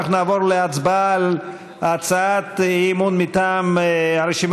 אנחנו נעבור להצבעה על הצעת אי-אמון מטעם הרשימה